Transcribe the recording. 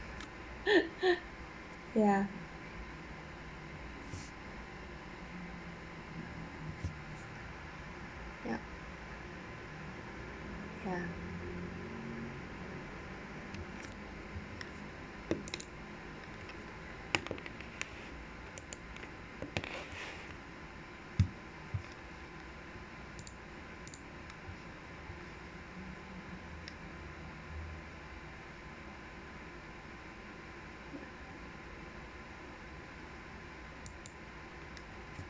ya yup ya